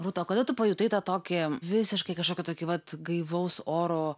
rūta o kada tu pajutai tą tokį visiškai kažkokį tokį vat gaivaus oro